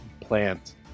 plant